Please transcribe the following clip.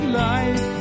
life